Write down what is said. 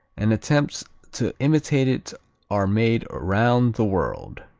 and attempts to imitate it are made around the world.